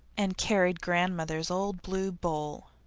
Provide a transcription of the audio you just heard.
and carried grandmother's old blue bowl.